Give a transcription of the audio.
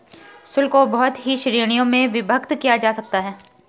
शुल्क को बहुत सी श्रीणियों में विभक्त किया जा सकता है